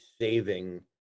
saving